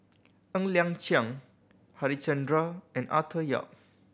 Ng Liang Chiang Harichandra and Arthur Yap